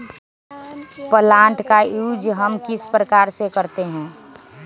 Plant का use हम किस प्रकार से करते हैं?